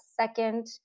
second